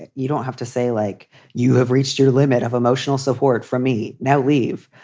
and you don't. have to say, like you have reached your limit of emotional support for me. now leave.